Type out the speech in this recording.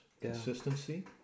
consistency